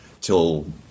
till